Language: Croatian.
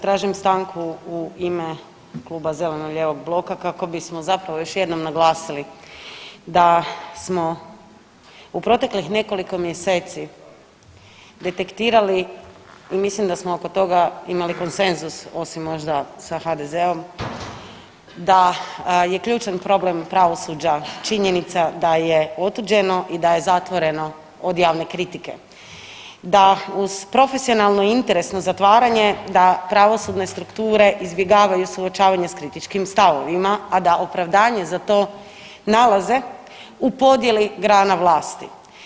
Tražim stanku u ime Kluba zeleno-lijevog bloka kako bismo zapravo još jednom naglasili da smo u proteklih nekoliko mjeseci detektirali i mislim da smo oko toga imali konsenzus osim možda sa HDZ-om da je ključni problem pravosuđa činjenica da je otuđeno i da je zatvoreno od javne kritike, da uz profesionalno i interesno zatvaranje da pravosudne strukture izbjegavaju suočavanje s kritičkim stavovima, a da opravdanje za to nalaze u podijeli grana vlasti.